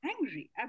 angry